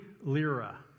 Lira